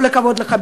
כל הכבוד לך,